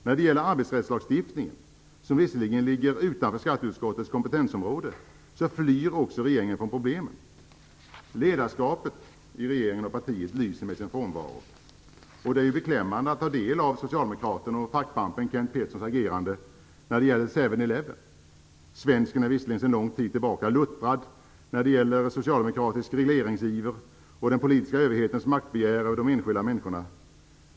När det gäller arbetsrättslagstiftningen, som visserligen ligger utanför skatteutskottets kompetensområde, flyr regeringen från problemen. Ledarskapet i regeringen och partiet lyser med sin frånvaro. Det är beklämmande att ta del av socialdemokraten och fackpampen Kenth Petterssons agerande när det gäller 7-Eleven. Svensken är visserligen sedan lång tid tillbaka luttrad när det gäller socialdemokratisk regleringsiver och den politiska överhetens maktbegär över de enskilda människorna.